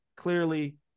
clearly